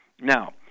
Now